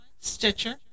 Stitcher